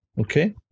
Okay